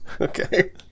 Okay